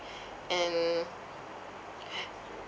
and